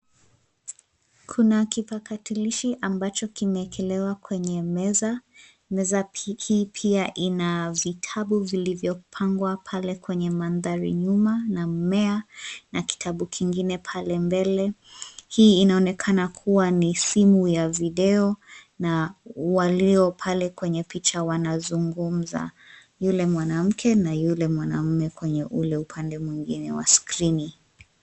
Kuna kipakatilishi ambacho kimewekelewa kwenye meza. Meza hii pia ina vitabu vilivyopangwa pale kwenye mandhari nyuma na mmea na kitabu kingine pale mbele. Hii inaonekana kua ni simu ya video na walio pale kwenye picha wanazungumza, yule mwanamke na yule mwanaume kwenye ule upande mwingine wa skrini.